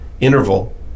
interval